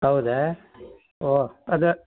ಹೌದಾ ಓ ಅದು